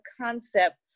concept